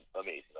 amazing